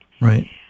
Right